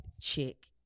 chick